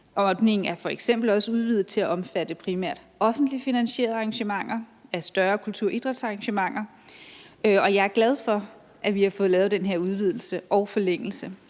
Ordningen er f.eks. udvidet til at omfatte primært offentligt finansierede større kultur- og idrætsarrangementer. Jeg er glad for, at vi har fået lavet den her udvidelse og forlængelse,